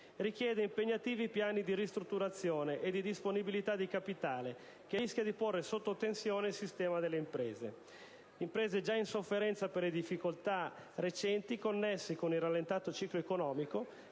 richiede impegnativi piani di ristrutturazione e disponibilità di capitale che rischiano di porre sotto tensione il sistema delle imprese, già in sofferenza per le difficoltà recenti connesse con il rallentato ciclo economico,